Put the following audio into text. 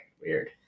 weird